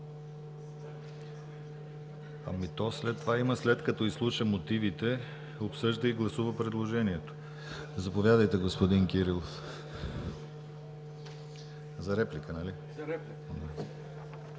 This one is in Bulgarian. Ами, то след това има: „След като изслуша мотивите, обсъжда и гласува предложението“. Заповядайте, господин Кирилов. За реплика, нали? ДОКЛАДЧИК